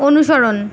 অনুসরণ